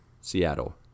Seattle